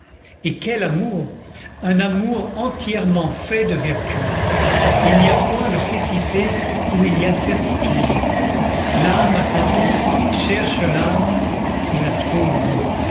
et quel amour un amour entièrement fait de vertu il n'y a point de cécité où il y a certitude l'âme à tâtons cherche l'âme et la trouve